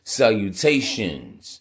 salutations